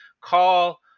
call